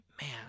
man